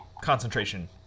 concentration